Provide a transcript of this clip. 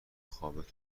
خوابت